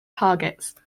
targets